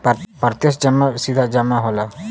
प्रत्यक्ष जमा सीधा जमा होला